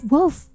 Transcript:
Wolf